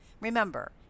Remember